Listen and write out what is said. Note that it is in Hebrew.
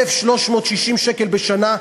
1,360 שקל בשנה.